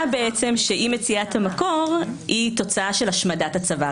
שאי-מציאת המקור היא תוצאה של השמדת הצוואה.